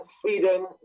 Sweden